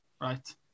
Right